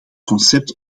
concept